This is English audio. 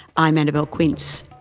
i'm annabelle quince.